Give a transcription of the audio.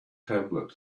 tablet